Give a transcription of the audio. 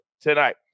tonight